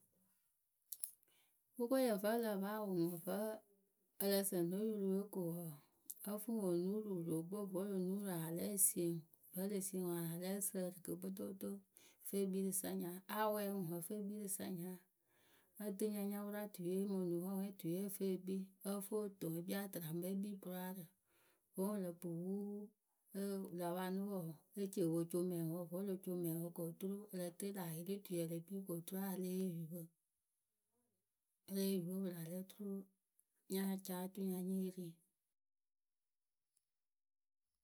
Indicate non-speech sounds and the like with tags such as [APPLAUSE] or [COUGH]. [NOISE] Kʊkɔyǝ vǝ́ ǝ lǝh pɨ awʊ ŋwɨ vǝ́ ǝ lǝ sǝ no yurǝ we ko wǝǝ ǝ fɨ ŋwɨ o nuuru, wɨrokpǝ we vǝ́ o lo nuuru a la lɛ esie ŋwɨ vǝ́ e le sie ŋɨ a la lɛ ǝ s;s;srǝ kǝ kpotokpoto. fee kpii rɨ sanyaa awɛɛ ŋwɨ ǝ fɨ e kpii rɨ sanyaa. Ǝ tɨ nyanyapʊratuye mɨ onuhɔɛhɔɛtuye ǝ fɨ e kpii ǝ fɨ o toŋ e kpii atɨraŋpǝ e kpii bʊraarǝ wǝ́ wɨ lǝ kpɨ wuu wɨ la panɨ wǝǝ e ci po co mɛŋwǝ vǝ́ o lo co mɛŋwǝ ko oturu ǝ lǝ tɨɨ lä ayɩlɩtuyǝ e le kpii ko oturu a ya lée yee oyupǝ. E le yee oyupǝ pɨ la lɛ oturu nya caa oturu nya nyée ri.